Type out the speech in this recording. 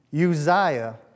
Uzziah